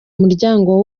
muryango